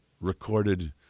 recorded